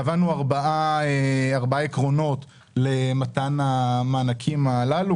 קבענו ארבעה עקרונות למתן המענקים הללו.